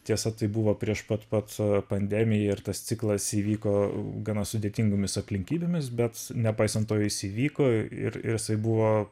tiesa tai buvo prieš pat pat pandemiją ir tas ciklas įvyko gana sudėtingomis aplinkybėmis bet nepaisant to jis įvyko ir jis buvo